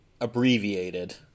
abbreviated